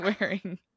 wearing